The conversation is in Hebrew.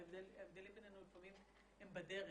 ההבדלים בינינו לפעמים הם בדרך.